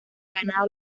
ganado